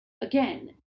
again